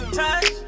touch